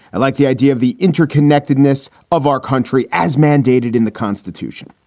i like the idea of the interconnectedness of our country as mandated in the constitution.